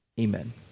amen